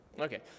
Okay